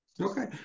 Okay